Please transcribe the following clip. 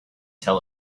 tell